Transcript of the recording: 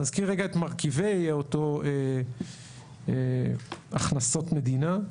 נזכיר רגע את מרכיבי אותן הכנסות מדינה.